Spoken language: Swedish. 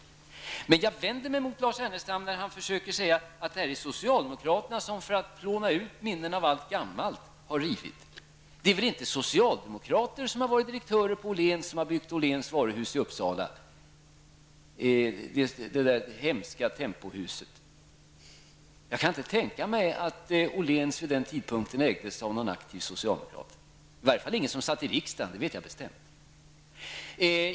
Men jag vänder mig mot Lars Ernestam när han försöker säga att det är socialdemokraterna som för att plåna ut minnena av allt gammalt har rivit. Det är väl inte socialdemokrater som har varit direktörer på Åhléns och som har byggt Åhléns varuhus i Uppsala, detta hemska Tempohus. Jag kan inte tänka mig att Åhléns vid den tidpunkten ägdes av någon aktiv socialdemokrat, åtminstone inte någon som satt i riksdagen. Det vet jag bestämt.